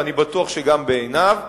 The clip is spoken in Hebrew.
ואני בטוח שגם בעיניו,